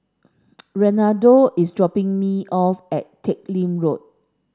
Renaldo is dropping me off at Teck Lim Road